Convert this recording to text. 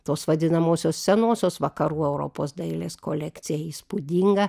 tos vadinamosios senosios vakarų europos dailės kolekciją įspūdingą